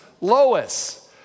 Lois